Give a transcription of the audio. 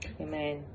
amen